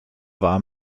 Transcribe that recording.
war